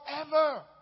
Forever